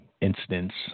incidents